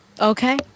Okay